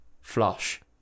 flush